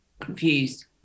confused